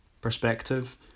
perspective